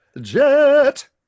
Jet